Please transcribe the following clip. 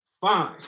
Fine